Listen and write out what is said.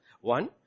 one